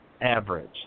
average